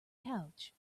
couch